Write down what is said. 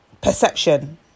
perception